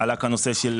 עלה כאן הנושא של